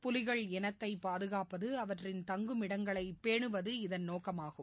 புலிகள் இனத்தைபாதுகாப்பது அவற்றின் தங்கும் இடங்களைபேஹவது இதன் நோக்கமாகும்